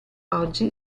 oggi